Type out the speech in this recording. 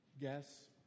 Guess